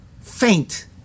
faint